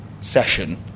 session